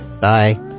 Bye